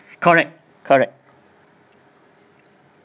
correct correct